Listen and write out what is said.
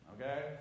Okay